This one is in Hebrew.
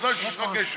על סעיפים,